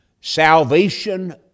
salvation